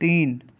تین